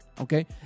okay